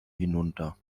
hinunter